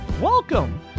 Welcome